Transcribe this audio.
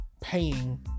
paying